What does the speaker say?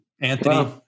Anthony